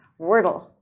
Wordle